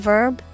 Verb